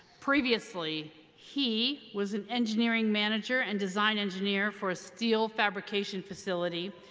previously, he was an engineering manager and design engineer for a steel fabrication facility,